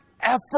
effort